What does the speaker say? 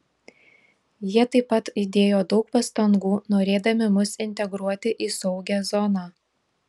jie taip pat įdėjo daug pastangų norėdami mus integruoti į saugią zoną